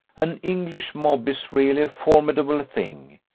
an english mob is really a formidable thing.